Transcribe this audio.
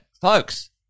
folks